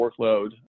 workload